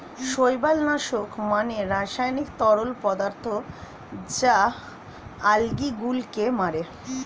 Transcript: শৈবাল নাশক মানে রাসায়নিক তরল পদার্থ যা আলগী গুলোকে মারে